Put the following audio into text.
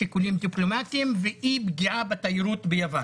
שיקולים דיפלומטים ואי פגיעה בתיירות ביוון.